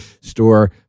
store